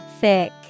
Thick